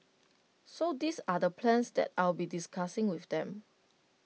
so these are the plans that I'll be discussing with them